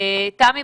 תמי